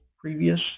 previous